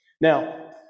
Now